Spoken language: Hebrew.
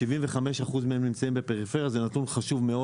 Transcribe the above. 75% מהם נמצאים בפריפריה, זה נתון חשוב מאוד.